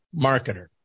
marketer